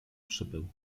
przybył